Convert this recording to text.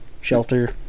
shelter